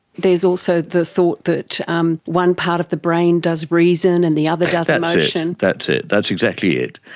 there is also the thought that um one part of the brain does reason and the other does emotion. that's it, that's exactly it,